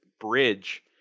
bridge